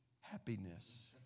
Happiness